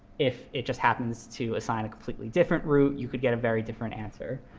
if it just happens to assign a completely different root, you could get a very different answer.